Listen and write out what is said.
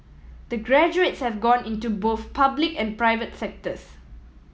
the graduates have gone into both public and private sectors